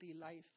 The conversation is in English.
life